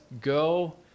go